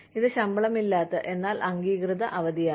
ഇത് ശമ്പളമില്ലാത്ത എന്നാൽ അംഗീകൃത അവധിയാണ്